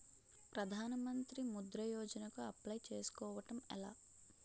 ప్రధాన మంత్రి ముద్రా యోజన కు అప్లయ్ చేసుకోవటం ఎలా?